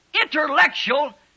intellectual